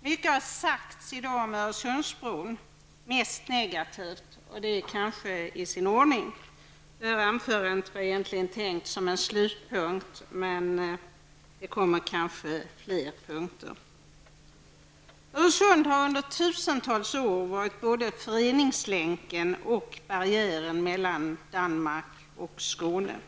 Mycket har sagts i dag om Öresundsbron, mest negativt, och det är kanske i sin ordning. Det här anförandet var egentligen tänkt som en slutpunkt, men det kommer kanske fler punkter. Öresund har under tusentals år varit både föreningslänken och barriären mellan Danmark och Skåne.